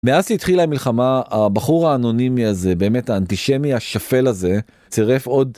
מאז שהתחילה המלחמה הבחור האנונימי הזה באמת האנטישמי השפל הזה צירף עוד..